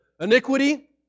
iniquity